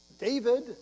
David